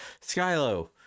Skylo